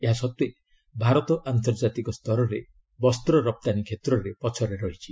ଏହା ସତ୍ତ୍ୱେ ଭାରତ ଆନ୍ତର୍ଜାତିକ ସ୍ତରରେ ବସ୍ତ ରପ୍ତାନୀ କ୍ଷେତ୍ରରେ ପଛରେ ରହିଛି